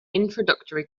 introductory